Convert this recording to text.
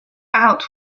out